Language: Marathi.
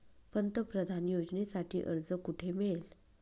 पंतप्रधान योजनेसाठी अर्ज कुठे मिळेल?